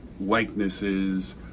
likenesses